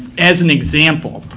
as an example,